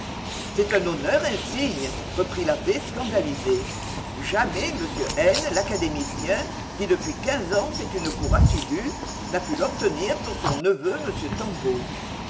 c'est un honneur insigne reprit l'abbé scandalisé jamais m n l'académicien qui depuis quinze ans fait une cour assidue n'a pu l'obtenir pour son neveu